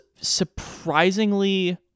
surprisingly